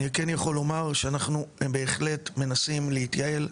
אני כן יכול לומר שאנחנו בהחלט מנסים להתייעל.